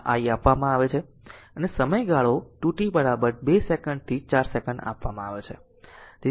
આ i આપવામાં આવે છે અને સમય ગાળો 2 t 2 સેકંડથી 4 સેકન્ડ આપવામાં આવે છે